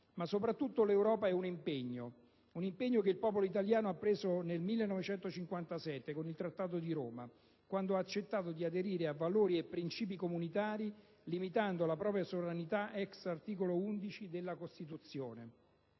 Ma soprattutto l'Europa è un impegno. Un impegno che il popolo italiano ha preso nel 1957, con il Trattato di Roma, quando ha accettato di aderire a valori e principi comunitari, limitando la propria sovranità *ex* articolo 11 della Costituzione.